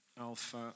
Alpha